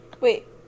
wait